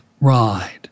ride